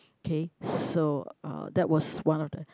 K so uh that was one of the